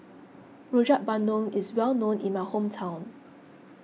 Rojak Bandung is well known in my hometown